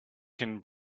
can